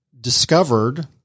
discovered